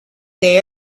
they